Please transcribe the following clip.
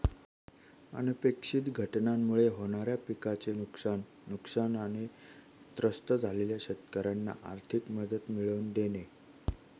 अनपेक्षित घटनांमुळे होणाऱ्या पिकाचे नुकसान, नुकसानाने त्रस्त झालेल्या शेतकऱ्यांना आर्थिक मदत मिळवून देणे